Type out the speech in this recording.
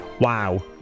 Wow